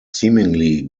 seemingly